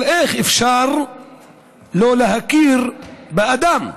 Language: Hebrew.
אבל איך אפשר שלא להכיר באדם?